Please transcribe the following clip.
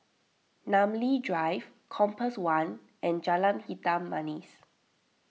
Namly Drive Compass one and Jalan Hitam Manis